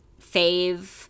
fave